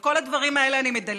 על כל הדברים האלה אני מדלגת,